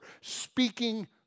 speaking